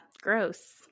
gross